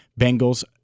Bengals